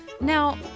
Now